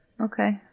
Okay